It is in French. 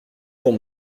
pour